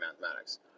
mathematics